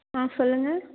ஆ சொல்லுங்கள்